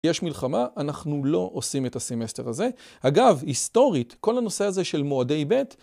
יש מלחמה, אנחנו לא עושים את הסמסטר הזה. אגב, היסטורית, כל הנושא הזה של מועדי ב׳